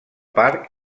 parc